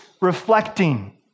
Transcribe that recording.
reflecting